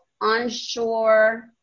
onshore